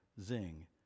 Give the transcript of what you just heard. zing